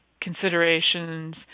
considerations